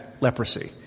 leprosy